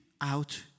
out